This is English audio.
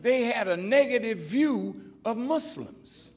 they had a negative view of muslims